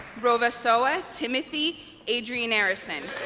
rovasoa timothy andrianarison